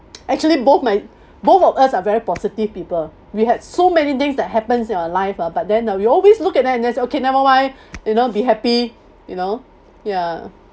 actually both my both of us are very positive people we had so many things that happens in our lives ah but then uh we always look at it and that's okay never mind you know be happy you know ya